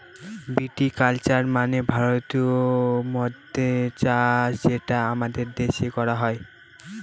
ভিটি culture মানে ভারতীয় মদ্যের চাষ যেটা আমাদের দেশে করা হয়